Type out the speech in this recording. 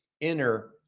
enter